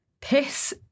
piss